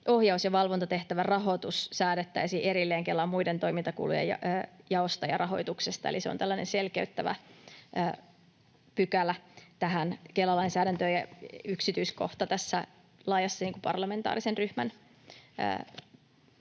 ohjaus- ja valvontatehtävän rahoitus säädettäisiin erilleen Kelan muiden toimintakulujen jaosta ja rahoituksesta, eli se on tällainen selkeyttävä pykälä tähän Kela-lainsäädäntöön ja yksityiskohta tässä laajassa parlamentaarisen ryhmän